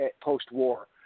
post-war